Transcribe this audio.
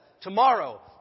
tomorrow